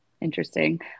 interesting